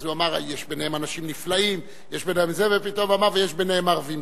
הוא אמר שיש ביניהם אנשים נפלאים ופתאום הוא אמר שיש ביניהם ערבים.